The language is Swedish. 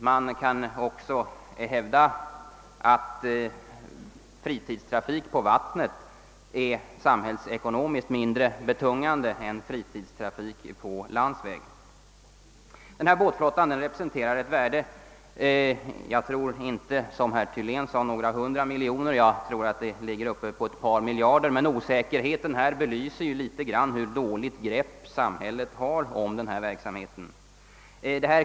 Man kan också hävda, att fritidstrafiken på vattnet är samhällsekonomiskt mindre betungande än fritidstrafiken på landsvägarna. Vår småbåtsflotta representerar ett värde av ett par miljarder kronor — inte som herr Thylén sade, hundratals miljoner. Osäkerheten om hur stort värdet är belyser något hur dåligt grepp samhället har om denna verksamhet.